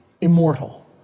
immortal